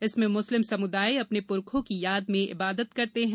इसमें मुस्लिम समुदाय अपने पुरखों की याद में इबादत करते हैं